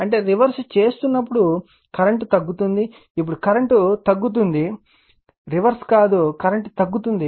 అంటే రివర్స్ చేస్తున్నప్పుడు కరెంట్ తగ్గుతోంది ఇప్పుడు కరెంట్ తగ్గుతోంది రివర్స్ కాదు కరెంట్ తగ్గుతోంది